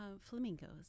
flamingos